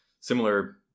similar